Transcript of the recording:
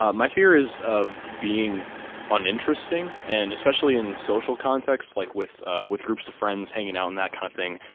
ah my fear is of being uninteresting. and, especially in social contexts, like with a, with groups of friends hanging out and that kind of thing.